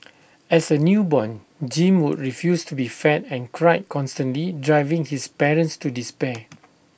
as A newborn Jim would refuse to be fed and cried constantly driving his parents to despair